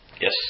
Yes